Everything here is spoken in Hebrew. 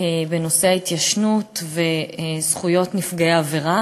בנושא ההתיישנות וזכויות נפגעי עבירה,